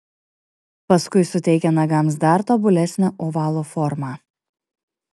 paskui suteikia nagams dar tobulesnę ovalo formą